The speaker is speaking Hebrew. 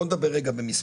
בואו נדבר רגע במספרים.